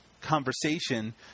conversation